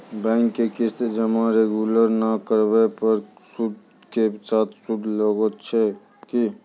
Bank के किस्त जमा रेगुलर नै करला पर सुद के भी सुद लागै छै कि?